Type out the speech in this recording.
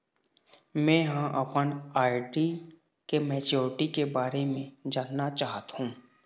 में ह अपन आर.डी के मैच्युरिटी के बारे में जानना चाहथों